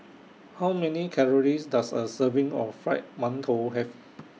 How Many Calories Does A Serving of Fried mantou Have